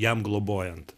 jam globojant